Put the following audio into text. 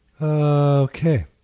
Okay